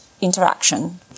interaction